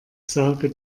sage